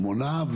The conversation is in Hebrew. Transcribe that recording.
שמונה.